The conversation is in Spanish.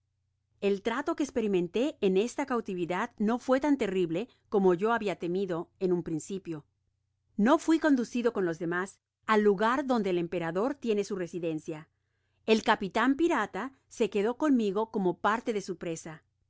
el trato que esperimentó en esta cautividad no fué tan terrible como yo habia temido en un principio no fui conducido con los demas al lugar donde el emperador tiene su residencia el capitan pirata se quedó conmigo como parte de su presa